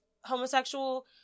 homosexual